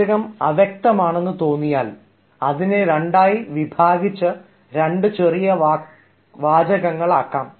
വാചകം അവ്യക്തമാണെന്ന് തോന്നിയാൽ അതിനെ രണ്ടായി വിഭജിച്ച് രണ്ട് ചെറിയ വാചകങ്ങൾ ആക്കാം